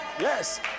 Yes